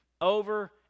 over